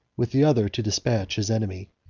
with the other to despatch his enemy.